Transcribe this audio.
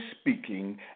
speaking